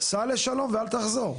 סע לשלום ואל תחזור,